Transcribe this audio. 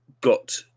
got